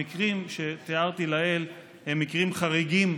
המקרים שתיארתי לעיל הם מקרים חריגים,